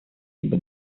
либо